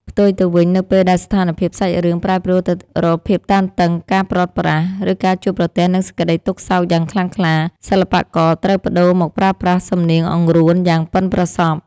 ផ្ទុយទៅវិញ នៅពេលដែលស្ថានភាពសាច់រឿងប្រែប្រួលទៅរកភាពតានតឹង ការព្រាត់ប្រាស ឬការជួបប្រទះនឹងសេចក្តីទុក្ខសោកយ៉ាងខ្លាំងក្លា សិល្បករត្រូវប្តូរមកប្រើប្រាស់ សំនៀងអង្រួន យ៉ាងប៉ិនប្រសប់។